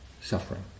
suffering